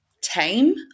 tame